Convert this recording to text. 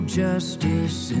justice